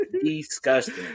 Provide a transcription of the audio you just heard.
disgusting